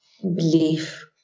belief